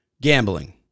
Gambling